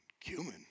cumin